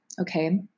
okay